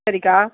சரிக்கா